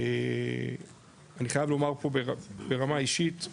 אני חייב לומר פה ברמה האישית,